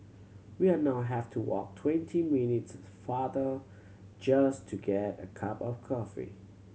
we are now have to walk twenty minutes farther just to get a cup of coffee